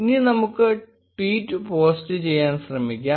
ഇനി നമുക്ക് tweet post ചെയ്യാൻ ശ്രമിക്കാം